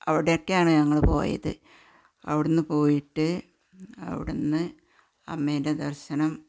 അവിടെക്കാണ് ഞങ്ങള് പോയത് അവിടെ നിന്നു പോയിട്ട് അവിടെ നിന്ന് അമ്മേൻ്റെ ദര്ശനം